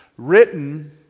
Written